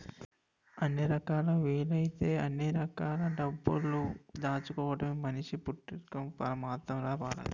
ఎన్ని రకాలా వీలైతే అన్ని రకాల డబ్బులు దాచుకోడమే మనిషి పుట్టక్కి పరమాద్దం రా బాలాజీ